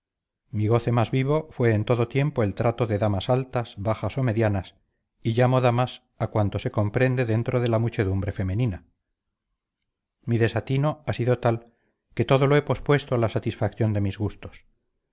mi goce más vivo fue en todo tiempo el trato de damas altas bajas o medianas y llamo damas a cuanto se comprende dentro de la muchedumbre femenina mi desatino ha sido tal que todo lo he pospuesto a la satisfacción de mis gustos